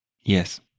yes